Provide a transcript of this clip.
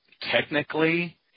technically